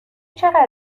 چقدر